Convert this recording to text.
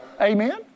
Amen